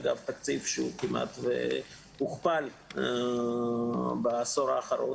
אגב, תקציב שהוא כמעט והוכפל בעשור האחרון.